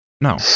No